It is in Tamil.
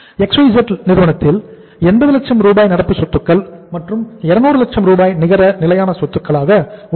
XYZ Limited நிறுவனத்தில் 80 லட்சம் ரூபாய் நடப்பு சொத்துக்கள் மற்றும் 200 லட்சம் ரூபாய் நிகர நிலையான சொத்துக்களாக உள்ளன